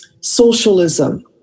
socialism